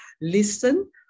listen